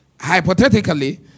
Hypothetically